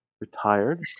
retired